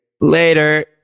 Later